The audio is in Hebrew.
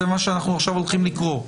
זה מה שאנחנו עכשיו הולכים לקרוא.